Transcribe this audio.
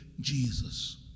Jesus